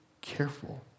careful